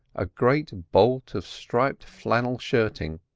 a great bolt of striped flannel shirting,